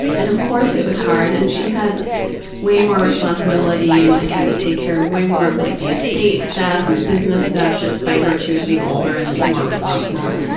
and of course it was hard and she had way more responsibility and like had to take care of way more of like the estate stuff and business stuff just by virtue of being older and like more responsible.